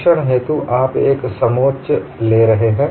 परीक्षण हेतू आप एक समोच्च ले रहे हैं